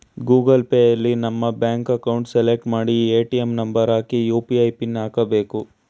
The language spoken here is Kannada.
ಗೂಗಲ್ ಪೇಯಲ್ಲಿ ನಮ್ಮ ಬ್ಯಾಂಕ್ ಅಕೌಂಟ್ ಸೆಲೆಕ್ಟ್ ಮಾಡಿ ಎ.ಟಿ.ಎಂ ನಂಬರ್ ಹಾಕಿ ಯು.ಪಿ.ಐ ಪಿನ್ ಹಾಕ್ಬೇಕು